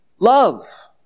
Love